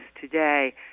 today